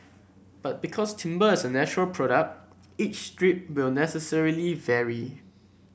but because timber is a natural product each strip will necessarily vary